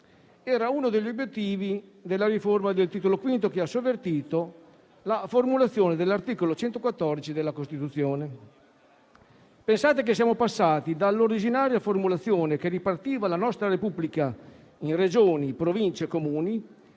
era uno degli obiettivi della riforma del Titolo V che ha sovvertito la formulazione dell'articolo 114 della Costituzione. Pensate che siamo passati dall'originaria formulazione, che ripartiva la nostra Repubblica in Regioni, Province e Comuni,